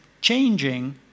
Changing